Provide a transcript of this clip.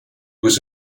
was